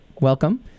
Welcome